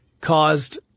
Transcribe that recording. caused